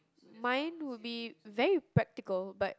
mine would be very practical but